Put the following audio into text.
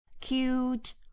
cute